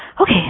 Okay